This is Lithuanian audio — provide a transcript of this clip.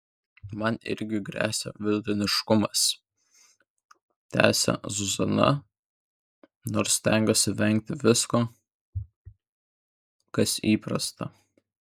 man irgi gresia vidutiniškumas tęsia zuzana nors stengiuosi vengti visko kas įprasta